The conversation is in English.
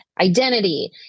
identity